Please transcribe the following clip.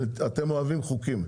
אתם אוהבים חוקים.